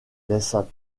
laissa